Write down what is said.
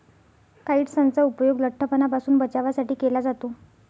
काइट्सनचा उपयोग लठ्ठपणापासून बचावासाठी केला जातो